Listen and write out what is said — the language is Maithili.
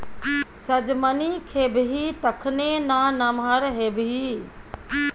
सजमनि खेबही तखने ना नमहर हेबही